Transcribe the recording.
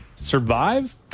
survive